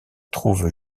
trouvent